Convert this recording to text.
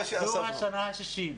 זו השנה ה-60.